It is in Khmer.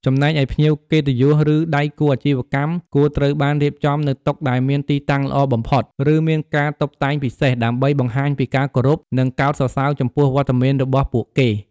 ចំណែកឯភ្ញៀវកិត្តិយស ឬដៃគូអាជីវកម្មគួរត្រូវបានរៀបចំនៅតុដែលមានទីតាំងល្អបំផុត ឬមានការតុបតែងពិសេស ដើម្បីបង្ហាញពីការគោរព និងកោតសរសើរចំពោះវត្តមានរបស់ពួកគេ។